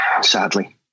sadly